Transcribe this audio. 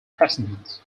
presidents